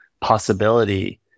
possibility